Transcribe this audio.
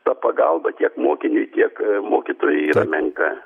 ta pagalba tiek mokiniui tiek mokytojai menka